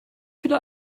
viele